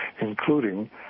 including